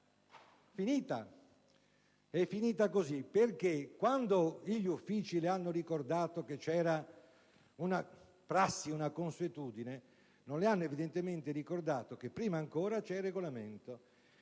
si chiude così: infatti, quando gli Uffici le hanno ricordato che esiste una consuetudine, non le hanno evidentemente ricordato che prima ancora c'è il Regolamento,